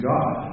God